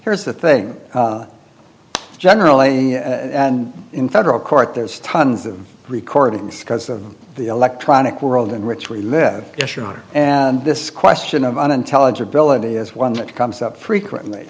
here's the thing generally and in federal court there's tons of recordings because of the electronic world in which we live and this question of unintelligibility is one that comes up frequently